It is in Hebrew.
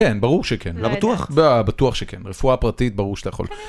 כן, ברור שכן, בטוח שכן, רפואה פרטית ברור שאתה יכול.